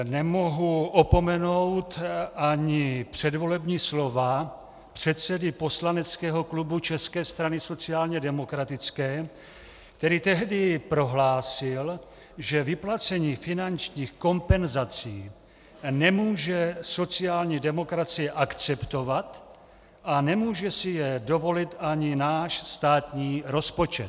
Nemohu opomenout ani předvolební slova předsedy poslaneckého klubu České strany sociálně demokratické, který tehdy prohlásil, že vyplacení finančních kompenzací nemůže sociální demokracie akceptovat a nemůže si je dovolit ani náš státní rozpočet.